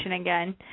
again